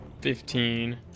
Fifteen